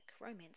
romance